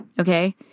Okay